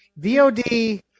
VOD